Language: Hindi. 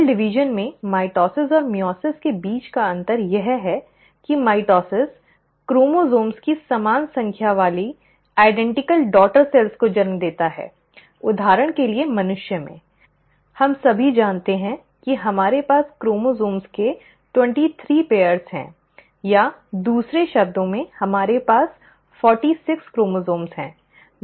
कोशिका विभाजन में माइटोसिस और मइओसिस के बीच का अंतर यह है कि माइटोसिस क्रोमोसोम्स की समान संख्या वाली समान डॉटर सेल्स को जन्म देता है है उदाहरण के लिए मनुष्यों में हम सभी जानते हैं कि हमारे पास क्रोमोसोम्स के तेईस जोड़े हैं या दूसरे शब्दों में हमारे पास 46 क्रोमोसोम्स हैं